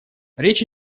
речь